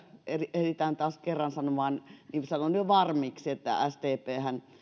ehditään taas kerran sanomaan niin sanon jo valmiiksi että sdphän